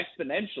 exponentially